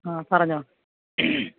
ആ പറഞ്ഞോ